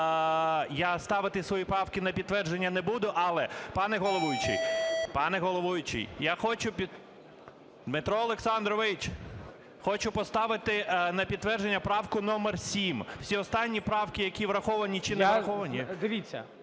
я ставити свої правки на підтвердження не буду. Але, пане головуючий, я хочу… Дмитро Олександрович! Хочу поставити на підтвердження правку номер 7. Всі останні правки, які враховані чи не враховані…